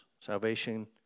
Salvation